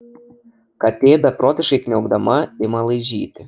katė beprotiškai kniaukdama ima laižyti